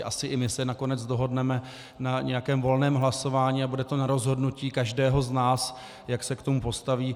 Asi i my se nakonec dohodneme na nějakém volném hlasování a bude to na rozhodnutí každého z nás, jak se k tomu postaví.